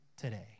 today